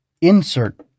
insert